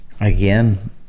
again